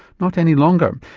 not any longer.